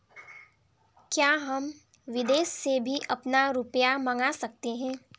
क्या हम विदेश से भी अपना रुपया मंगा सकते हैं?